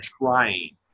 trying